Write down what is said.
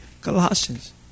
Colossians